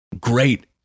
great